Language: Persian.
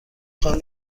خواهم